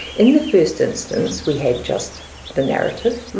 in the first instance we had just the narrative,